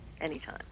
anytime